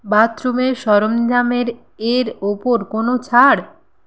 বাথরুমের সরঞ্জামের এর ওপর কোনও ছাড়